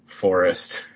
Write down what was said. forest